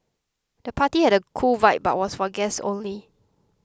the party had a cool vibe but was for guests only